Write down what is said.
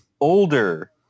older